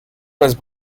was